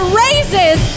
raises